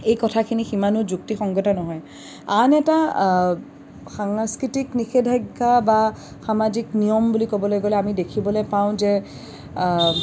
এই কথাখিনি সিমানো যুক্তিসংগত নহয় আন এটা সাংস্কৃতিক নিষেধাজ্ঞা বা সামাজিক নিয়ম বুলি ক'বলৈ গ'লে আমি দেখিবলৈ পাওঁ যে